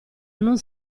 non